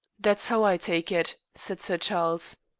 that's how i take it, said sir charles.